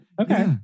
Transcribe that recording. Okay